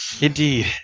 Indeed